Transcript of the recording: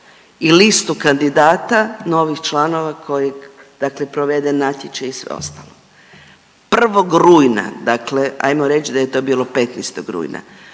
i listu kandidata novih članova kojim dakle proveden natječaj i sve ostalo. 1. rujna, dakle ajmo reći da je to bilo 15. rujna.